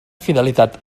fidelitat